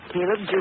Caleb